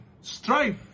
strife